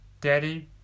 Daddy